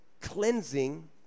cleansing